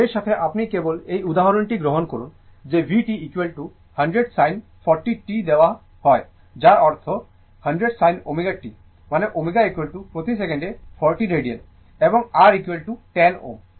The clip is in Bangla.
সুতরাং এর সাথে আপনি কেবল এই উদাহরণটি গ্রহণ করুন যে v t 100 sin 40 t দেওয়া হয় যার অর্থ 100 sin ω t মানে ω প্রতি সেকেন্ডে 40 রেডিয়ান